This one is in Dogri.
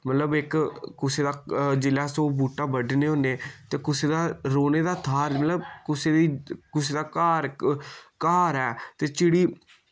मतलब इक कुसे दा जिल्लै अस ओह् बूह्टा बड्ढने होन्ने ते कुसे दा रौह्ने दा थाह्र मतलब कुसे दी कुसे दा घर घर ऐ ते चिड़ी